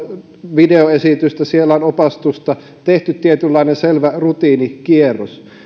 videoesitystä siellä on opastusta tehty tietynlainen selvä rutiinikierros